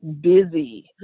busy